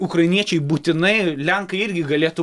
ukrainiečiai būtinai lenkai irgi galėtų